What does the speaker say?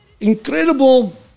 incredible